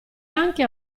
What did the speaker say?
anche